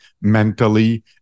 mentally